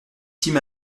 tim